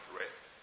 rest